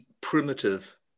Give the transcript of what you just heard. primitive